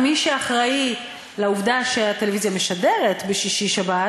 מי שאחראי לעובדה שהטלוויזיה משדרת בשישי-שבת